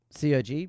COG